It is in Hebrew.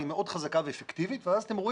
היא מאוד חזקה ואפקטיבית ואז אתם רואים